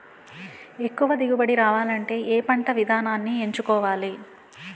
ఎక్కువ దిగుబడి రావాలంటే ఏ పంట విధానం ఎంచుకోవాలి?